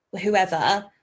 whoever